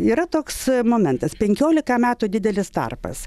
yra toks momentas penkiolika metų didelis tarpas